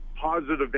positive